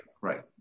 right